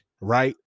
right